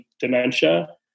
dementia